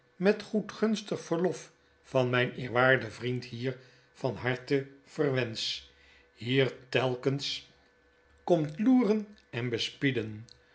met goedgunstig verlof van myn eerwaarden vriend hier van harte verwensch hier telkens komt loeren en